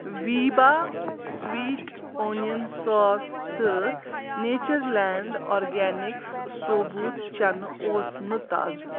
ویٖبا sweet onion sauce تہٕ nature land organics ثوبوٗت چنہٕ اوس نہٕ تازٕ